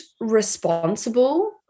responsible